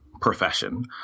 profession